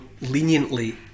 leniently